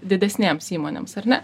didesnėms įmonėms ar ne